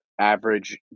average